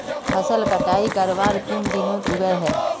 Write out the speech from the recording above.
फसल कटाई करवार कुन दिनोत उगैहे?